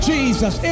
Jesus